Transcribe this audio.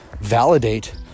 validate